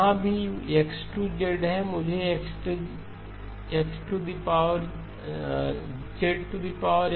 जहाँ भी X2 है मुझे X को करने की आवश्यकता है ठीक